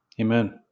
Amen